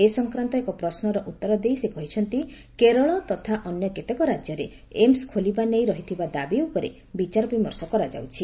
ଏ ସଂକ୍ରାନ୍ତ ଏକ ପ୍ରଶ୍ମର ଉତ୍ତର ଦେଇ ସେ କହିଛନ୍ତି କେରଳ ତଥା ଅନ୍ୟ କେତେକ ରାଜ୍ୟରେ ଏମ୍ସ୍ ଖୋଲିବା ନେଇ ରହିଥିବା ଦାବି ଉପରେ ବିଚାର ବିମର୍ଶ କରାଯାଉଛି